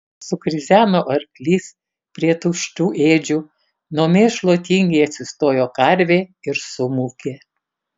sukrizeno arklys prie tuščių ėdžių nuo mėšlo tingiai atsistojo karvė ir sumūkė